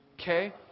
okay